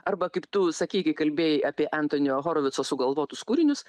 arba kaip tu sakei kai kalbėjai apie entonio horvico sugalvotus kūrinius